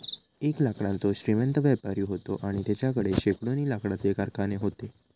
एक लाकडाचो श्रीमंत व्यापारी व्हतो आणि तेच्याकडे शेकडोनी लाकडाचे कारखाने व्हते